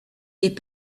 est